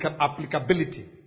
applicability